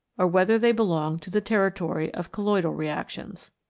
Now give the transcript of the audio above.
or whether they belong to the territory of colloidal reactions.